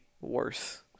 worse